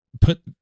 put